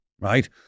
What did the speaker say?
right